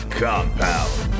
compound